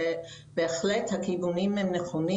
שבהחלט הכיוונים הם נכונים.